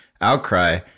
outcry